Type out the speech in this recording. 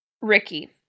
Ricky